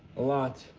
a lot.